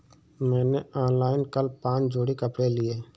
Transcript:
मैंने ऑनलाइन कल पांच जोड़ी कपड़े लिए